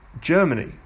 Germany